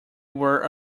were